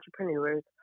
entrepreneurs